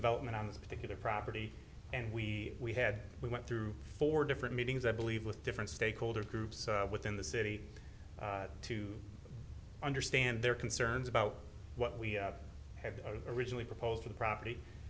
development on this particular property and we we had we went through four different meetings i believe with different stakeholder groups within the city to understand their concerns about what we had originally proposed for the property